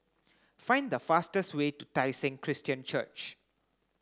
find the fastest way to Tai Seng Christian Church